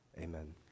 amen